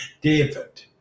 David